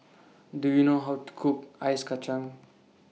Do YOU know How to Cook Ice Kachang